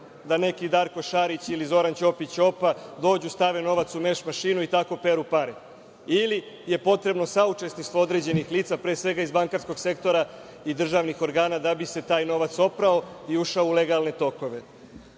da neki Darko Šarić ili Zoran Ćopić Ćopa dođu, stave novac u veš mašinu i tako peru pare? Ili je potrebno saučesništvo određenih lica, pre svega iz bankarskog sektora i državnih organa, da bi se taj novac oprao i ušao u legalne